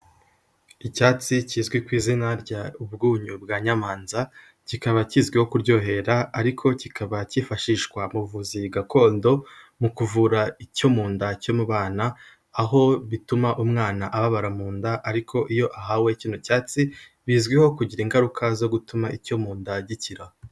Icyatsi kizwi ku izina rya umbunyu bwa nyamanza kikaba kizwiho kuryohera ariko kikaba cyifashishwa muvuzi gakondo mu kuvura icyo mu nda cyo mu bana, aho bituma umwana ababara mu nda ariko iyo ahawe kino cyatsi bizwiho kugira ingaruka zo gutuma icyo mu nda gikira.